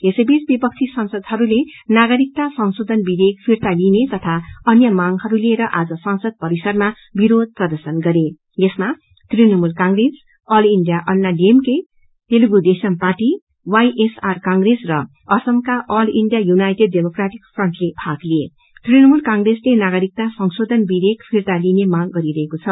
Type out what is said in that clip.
यसैबीच विपक्षी सांसदहरूले नागरिकता संशोधन विधेयक फिर्ता लिइने तथा अय मांगहरू लिएर आज संसद परिसरमा विरोध प्रर्दशन गरें यसमा Trinamool Congress all India Anna DMK Telugu Desam party YSR Congress र असामका all India United Democratic Front ले भाग लिएं तृणमूल कंग्रेसले नागरिकता संशोधन विधेयक फिर्ता लिने मांग गरिरहेको छ